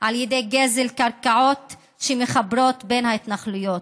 על ידי גזל קרקעות שמחברות בין ההתנחלויות.